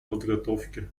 подготовки